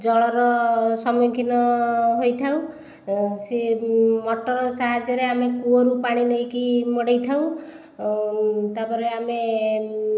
ଜଳର ସମ୍ମୁଖୀନ ହୋଇଥାଉ ସେ ମୋଟର ସାହାଯ୍ୟରେ ଆମେ କୂଅରୁ ପାଣି ନେଇକି ମଡ଼ାଇ ଥାଉ ତା'ପରେ ଆମେ